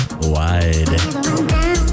wide